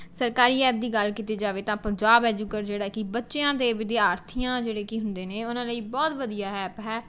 ਸਰਕਾਰੀ ਐਪ ਦੀ ਗੱਲ ਕੀਤੀ ਜਾਵੇ ਤਾਂ ਪੰਜਾਬ ਐਜੂਕੇਟ ਜਿਹੜਾ ਕੀ ਬੱਚਿਆਂ ਦੇ ਵਿਦਿਆਰਥੀਆਂ ਜਿਹੜੇ ਕੀ ਹੁੰਦੇ ਨੇ ਉਹਨਾਂ ਲਈ ਬਹੁਤ ਵਧੀਆ ਐਪ ਹੈ